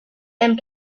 and